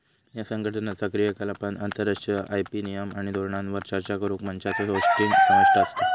ह्या संघटनाचा क्रियाकलापांत आंतरराष्ट्रीय आय.पी नियम आणि धोरणांवर चर्चा करुक मंचांचो होस्टिंग समाविष्ट असता